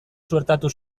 suertatu